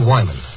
Wyman